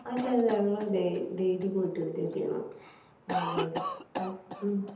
അതെ അതെ ഞങ്ങൾ ഡെ ഡെയിലി പോയിട്ട് വരുക ചെയ്യണത് ആ അതെ അതെ